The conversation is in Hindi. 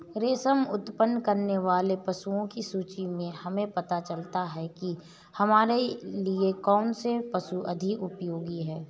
रेशम उत्पन्न करने वाले पशुओं की सूची से हमें पता चलता है कि हमारे लिए कौन से पशु अधिक उपयोगी हैं